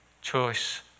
choice